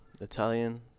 Italian